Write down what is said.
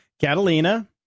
Catalina